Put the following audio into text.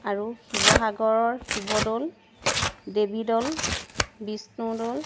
আৰু শিৱসাগৰৰ শিৱদৌল দেৱীদৌল বিষ্ণুদৌল